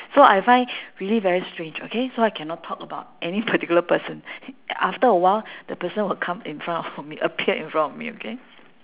so I find really very strange okay so I cannot talk about any particular person after a while the person will come in front of me appear in front of me okay